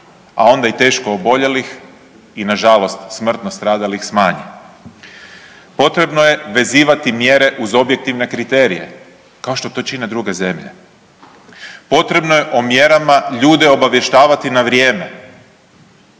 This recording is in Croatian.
a onda i teško oboljelih i nažalost smrtno stradalih smanji. Potrebno je vezivati mjere uz objektivne kriterije kao što to čine druge zemlje. Potrebno je o mjerama ljude obavještavati na vrijeme.